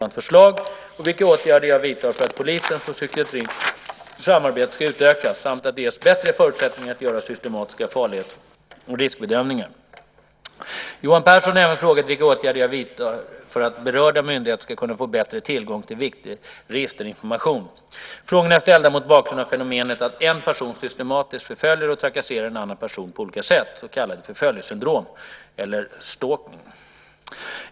Herr talman! Johan Pehrson har frågat mig om jag kommer att verka för ett lagförslag som innebär en särskild brottsrubricering mot förföljelsesyndrom, när vi får se ett sådant förslag, och vilka åtgärder jag vidtar för att polisens och psykiatrins samarbete ska utökas samt att de ges bättre förutsättningar att göra systematiska farlighets och riskbedömningar. Johan Pehrson har även frågat vilka åtgärder jag vidtar för att berörda myndigheter ska kunna få bättre tillgång till viktig registerinformation. Frågorna är ställda mot bakgrund av fenomenet att en person systematiskt förföljer och trakasserar en annan person på olika sätt, så kallat förföljelsesyndrom eller stalking .